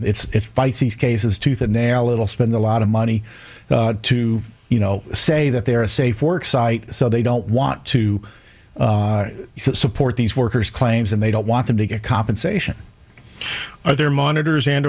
it's fights these cases tooth and nail it'll spend a lot of money to you know say that they're a safe work site so they don't want to support these workers claims and they don't want them to get compensation or their monitors and